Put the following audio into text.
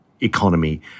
economy